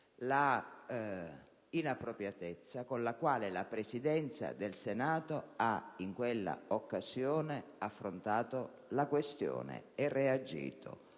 dell'inappropriatezza con la quale la Presidenza del Senato ha, in quell'occasione, affrontato la questione e ha reagito